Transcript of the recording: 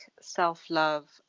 self-love